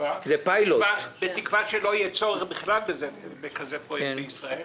בתקווה שלא יהיה בכלל צורך בפרויקט כזה בישראל.